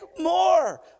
more